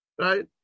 right